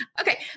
Okay